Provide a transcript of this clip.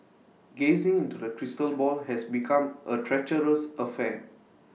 gazing into the crystal ball has become A treacherous affair